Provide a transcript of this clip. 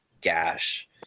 gash